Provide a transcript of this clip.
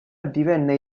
divenne